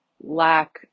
lack